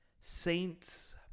Saints